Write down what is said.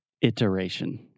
Iteration